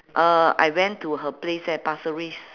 uh I went to her place at pasir ris